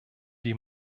die